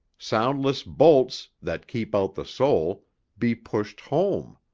soundless bolts that keep out the soul be pushed home.